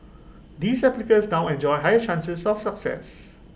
these applicants now enjoy higher chances of success